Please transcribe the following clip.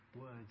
words